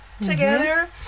together